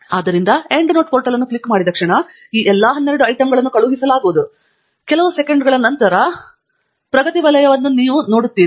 ಆದ್ದರಿಂದ ನೀವು end note portal ಅನ್ನು ಕ್ಲಿಕ್ ಮಾಡಿದ ಕ್ಷಣ ಈ ಎಲ್ಲ 12 ಐಟಂಗಳನ್ನು ಕಳುಹಿಸಲಾಗುವುದು ಕೆಲವು ಸೆಕೆಂಡುಗಳ ಕಾಲ ತಿರುಗುತ್ತಿರುವ ಪ್ರಗತಿ ವಲಯವನ್ನು ನೀವು ನೋಡುತ್ತೀರಿ